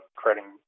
creating